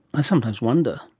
i sometimes wonder.